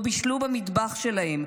לא בישלו במטבח שלהם,